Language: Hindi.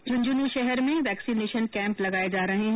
झुंझुनूं शहर में वैक्सीनेशन कैम्प लगाए जा रहे हैं